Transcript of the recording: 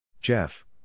Jeff